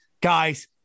guys